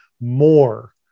more